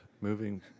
moving